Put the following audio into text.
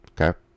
Okay